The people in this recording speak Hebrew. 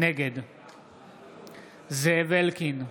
נגד זאב אלקין,